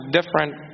different